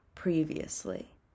Previously